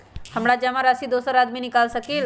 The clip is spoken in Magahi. हमरा जमा राशि दोसर आदमी निकाल सकील?